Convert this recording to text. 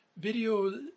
video